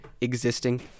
existing